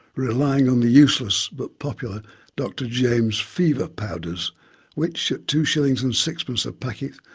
relying on the useless but popular dr james fever powders which, at two shillings and sixpence a packet,